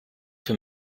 für